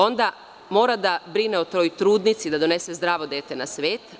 Onda mora da brine o toj trudnici da donese zdravo dete na svet.